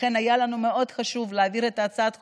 לכן היה לנו מאוד חשוב להעביר את הצעת החוק,